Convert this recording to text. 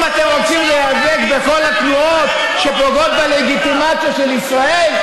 אם אתם רוצים להיאבק בכל התנועות שפוגעות בלגיטימציה של ישראל,